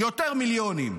יותר מיליונים.